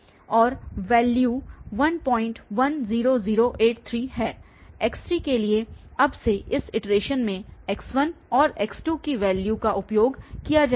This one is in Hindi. और वैल्यू 110083 है x3 के लिएअब से इस इटरेशन मे x1 और x2 की वैल्यूस का उपयोग किया जाएगा